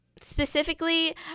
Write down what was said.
specifically